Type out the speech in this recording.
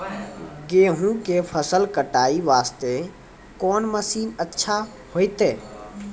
गेहूँ के फसल कटाई वास्ते कोंन मसीन अच्छा होइतै?